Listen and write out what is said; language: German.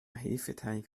hefeteig